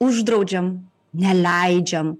uždraudžiam neleidžiam